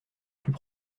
plus